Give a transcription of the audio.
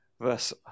verse